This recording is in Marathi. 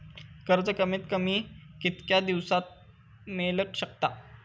कर्ज कमीत कमी कितक्या दिवसात मेलक शकता?